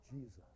Jesus